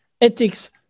ethics